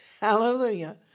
hallelujah